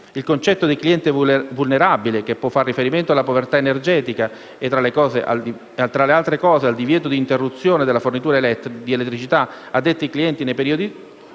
Il concetto di cliente vulnerabile, che può fare riferimento alla povertà energetica e, tra le altre cose, al divieto di interruzione della fornitura di elettricità a detti clienti nei periodi